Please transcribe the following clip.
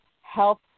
health